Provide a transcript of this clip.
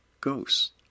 ghosts